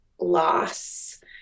loss